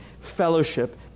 fellowship